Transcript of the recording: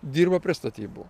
dirba prie statybų